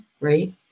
right